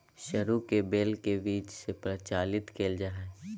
सरू के बेल के बीज से प्रचारित कइल जा हइ